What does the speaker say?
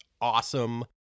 awesome